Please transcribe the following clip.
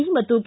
C ಮತ್ತು K